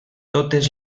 totes